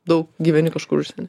daug gyveni kažkur užsieny